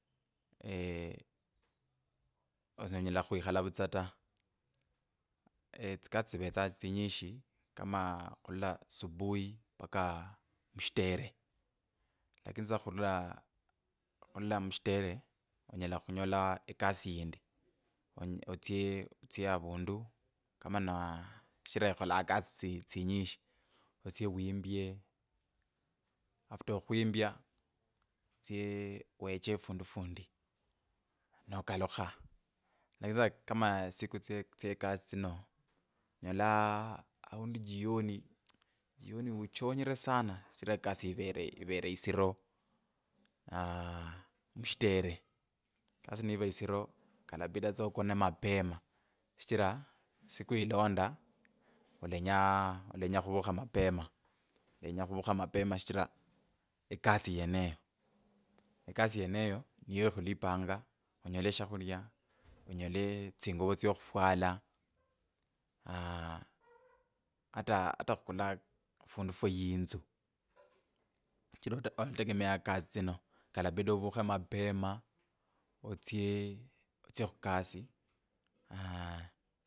Shughuli yange yanje yo vulisiku ivetsa khu kama nendi muskulu, vukha subui nomba shindu shokhulya kama kama khachao nenya aaah tsiclass tsichaka kama saa mbili nzya muskulu esoma kama saa saba mushitere enzye endye lunch nengalukha khandi mclass aaa nendi muskulu ka ka kasi ivetsa aa khusoma tsa sana ivetsa shughuli inyishi ta ne ne nengalukha jioni ngalukha munzu nomba shakhulya shya jioni nendya kama aundi ekhave ovusuma khasukuma kidogo nelya nengona, ne nendi yingo shughuli ivetsa inyishi sana. Vukha subui nombe yinzu weye alwanyi otsye otsye akhavire eing’ombe shakhulya alafu otsye waye audi atsye mukunda. Tsivetsa tsikasi tsinyingi khusuku sa kama subui novakha ocheka nokhulomba yinzu otsye weye alafu atsye mukunda kwnza wa- wa- wa wake tsifwe.